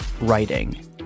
writing